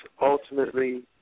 ultimately